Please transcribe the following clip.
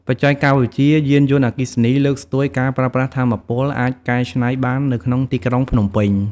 បច្ចេកវិទ្យាយានយន្តអគ្គីសនី លើកស្ទួយការប្រើប្រាស់ថាមពលអាចកែច្នៃបាននៅក្នុងទីក្រុងភ្នំពេញ។